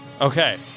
Okay